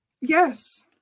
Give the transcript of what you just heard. Yes